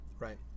Right